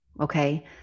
Okay